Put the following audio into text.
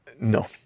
No